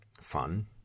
fun